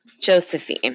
Josephine